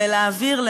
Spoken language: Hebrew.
להעביר,